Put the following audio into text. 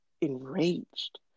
enraged